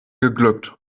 geglückt